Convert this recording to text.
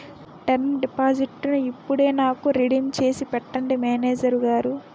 term డిపాజిట్టును ఇప్పుడే నాకు రిడీమ్ చేసి పెట్టండి మేనేజరు గారు